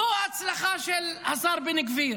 זו ההצלחה של השר בן גביר.